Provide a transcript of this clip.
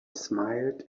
smiled